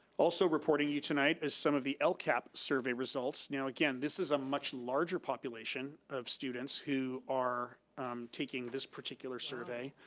also reporting you tonight, is some of the lcap survey results. now again, this is a much larger population of students who are taking this particular survey.